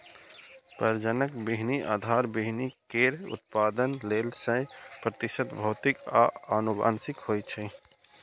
प्रजनक बीहनि आधार बीहनि केर उत्पादन लेल सय प्रतिशत भौतिक आ आनुवंशिक होइ छै